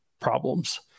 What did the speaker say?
problems